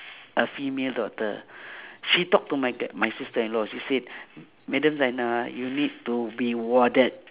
a female doctor she talk to my tha~ my sister-in-law she said madam zaina you need to be warded